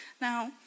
Now